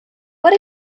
what